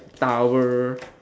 towel